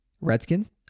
Redskins